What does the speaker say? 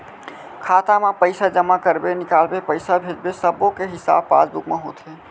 खाता म पइसा जमा करबे, निकालबे, पइसा भेजबे सब्बो के हिसाब पासबुक म होथे